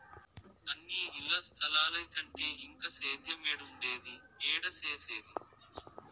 అన్నీ ఇల్ల స్తలాలైతంటే ఇంక సేద్యేమేడుండేది, ఏడ సేసేది